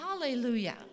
Hallelujah